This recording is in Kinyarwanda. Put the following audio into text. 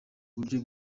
buryo